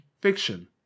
fiction